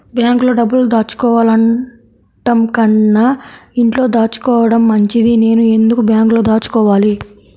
బ్యాంక్లో డబ్బులు దాచుకోవటంకన్నా ఇంట్లో దాచుకోవటం మంచిది నేను ఎందుకు బ్యాంక్లో దాచుకోవాలి?